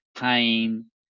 pain